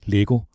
Lego